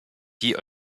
die